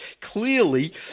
Clearly